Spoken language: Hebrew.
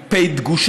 פּארן, עם פ"א דגושה?